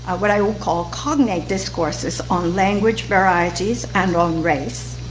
what i will call cognate discourses, on language varieties and on race